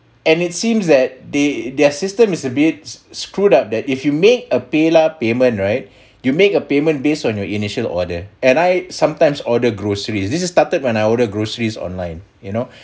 and it seems that they their system is a bit screwed up that if you make a paylah payment right you make a payment based on your initial order and I sometimes order groceries this just started when I order groceries online you know